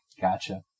Gotcha